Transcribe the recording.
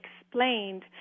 explained